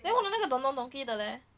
then 我的那个 don don donki 的 leh